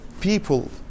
people